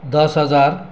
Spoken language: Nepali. दस हजार